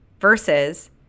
versus